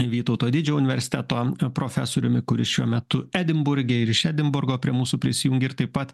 vytauto didžiojo universiteto profesoriumi kuris šiuo metu edinburge ir iš edinburgo prie mūsų prisijungė ir taip pat